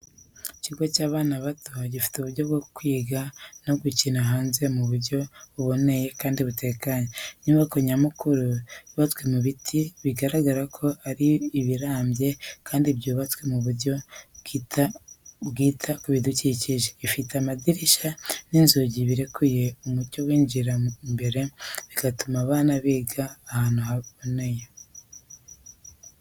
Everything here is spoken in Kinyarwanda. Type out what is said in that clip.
Ikigo cy’abana bato gifite uburyo bwo kwiga no gukina hanze mu buryo buboneye kandi butekanye. Inyubako nyamukuru yubatwe mu biti bigaragara ko ari ibirambye kandi byubatswe mu buryo bwita ku bidukikije. Ifite amadirishya n’inzugi birekuye umucyo winjira imbere, bigatuma abana biga ahantu haboneye.